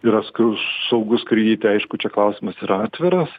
yra skrus saugus skraidyti aišku čia klausimas yra atviras